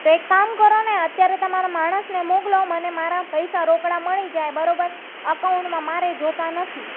તો એક કામ કરોને અત્યારે તમારા માણસને મોકલો મને મારા પૈસા રોકડા મળી જાય બરોબર અકાઉન્ટમાં મારે જોતા નથી